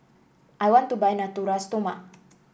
I want to buy Natura Stoma